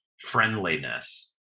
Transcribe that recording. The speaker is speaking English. friendliness